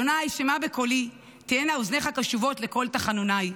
ה' שמעה בקולי, תהיינה אזניך קשובות לקול תחנונַי.